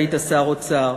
מאז שהיית שר האוצר.